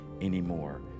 anymore